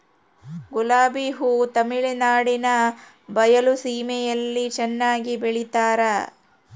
ಗುಲಾಬಿ ಹೂ ತಮಿಳುನಾಡಿನ ಬಯಲು ಸೀಮೆಯಲ್ಲಿ ಚೆನ್ನಾಗಿ ಬೆಳಿತಾರ